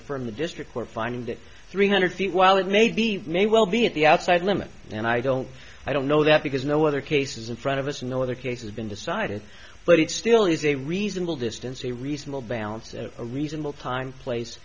and from the district court finding that three hundred feet while it may be may well be at the outside limit and i don't i don't know that because no other cases in front of us in the other cases been decided but it still is a reasonable distance a reasonable balance at a reasonable time place